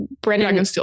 Brandon